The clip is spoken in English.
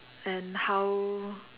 and how